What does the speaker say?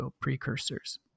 precursors